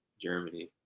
Germany